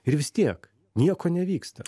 ir vis tiek nieko nevyksta